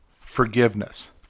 forgiveness